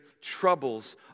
troubles